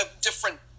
different